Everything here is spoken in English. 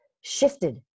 shifted